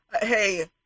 Hey